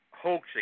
hoaxing